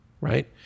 right